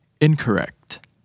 incorrect